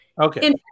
Okay